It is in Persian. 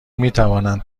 میتوانند